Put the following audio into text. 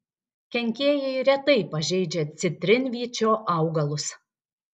kenkėjai retai pažeidžia citrinvyčio augalus